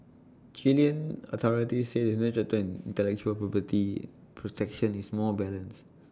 Chilean authorities say the new chapter on intellectual property protection is more balanced